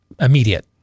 immediate